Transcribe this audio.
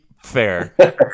fair